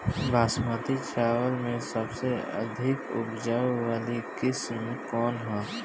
बासमती चावल में सबसे अधिक उपज वाली किस्म कौन है?